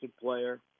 player